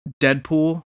Deadpool